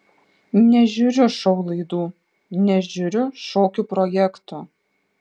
nežiūriu šou laidų nežiūriu šokių projektų